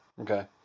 okay